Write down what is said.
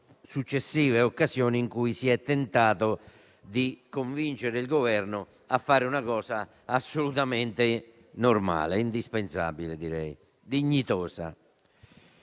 successive occasioni in cui si è tentato di convincere il Governo a fare una cosa assolutamente normale, indispensabile, dignitosa.